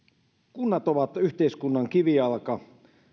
kunnat ovat yhteiskunnan kivijalka